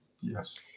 Yes